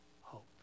hope